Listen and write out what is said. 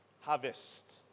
harvest